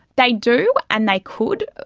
they do and they could.